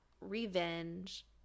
revenge